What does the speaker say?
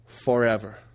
Forever